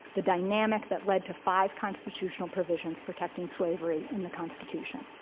the dynamic that led to five constitutional provisions protecting slavery in the constitution.